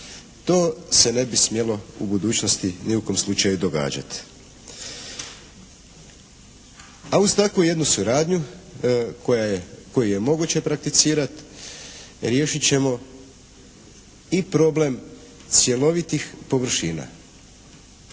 To se ne bi smjelo u budućnosti ni u kom slučaju događati. A uz takvu jednu suradnju koja je, koju je moguće prakticirati riješit ćemo i problem cjelovitih površina.